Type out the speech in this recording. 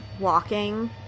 walking